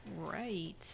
Right